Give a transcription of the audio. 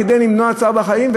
כדי למנוע צער בעלי-חיים.